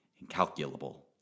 incalculable